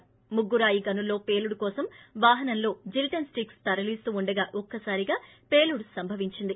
ఇక్కడ ముగ్గురాయి గనుల్లో పేలుడు కోసం వాహనంలో జిలెటిన్సిక్స్ తరలీస్తూండగా ఒక్కసారిగా పేలుడు సంభవించింది